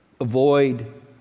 avoid